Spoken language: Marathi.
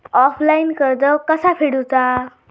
ऑफलाईन कर्ज कसा फेडूचा?